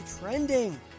trending